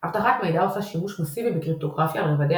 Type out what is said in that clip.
אבטחת מידע עושה שימוש מאסיבי בקריפטוגרפיה על רבדיה